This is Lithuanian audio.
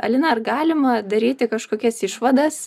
alina ar galima daryti kažkokias išvadas